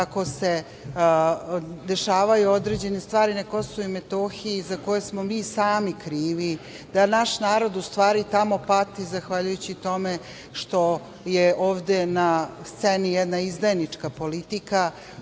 kako se dešavaju određene stvari na Kosovu i Metohiji za koje smo mi sami krivi, da naš narod u stvari tamo pati zahvaljujući tome što je ovde na sceni jedna izdajnička politika,